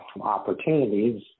opportunities